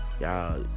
Y'all